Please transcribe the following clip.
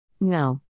No